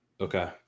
Okay